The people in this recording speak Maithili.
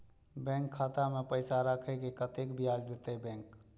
बैंक खाता में पैसा राखे से कतेक ब्याज देते बैंक?